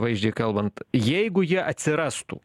vaizdžiai kalbant jeigu jie atsirastų